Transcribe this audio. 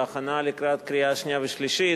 בהכנה לקראת קריאה שנייה ושלישית,